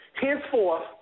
Henceforth